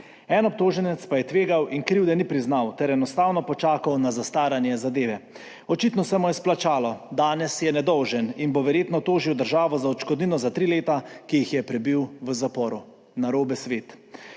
En obtoženec pa je tvegal in krivde ni priznal ter enostavno počakal na zastaranje zadeve. Očitno se mu je izplačalo, danes je nedolžen in bo verjetno tožil državo za odškodnino za tri leta, ki jih je prebil v zaporu. Narobe svet.